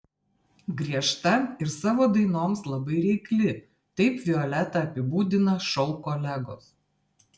griežta ir savo dainoms labai reikli taip violetą apibūdina šou kolegos